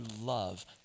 love